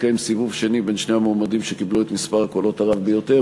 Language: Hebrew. יתקיים סיבוב שני בין שני המועמדים שקיבלו את מספר הקולות הרב ביותר,